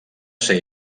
ser